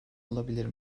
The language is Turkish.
olabilir